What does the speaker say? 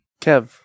kev